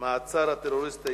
הסביבה ביום י"ז באדר התש"ע (3 במרס 2010):